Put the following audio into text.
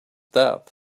that